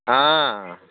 हा